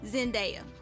Zendaya